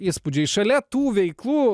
įspūdžiais šalia tų veiklų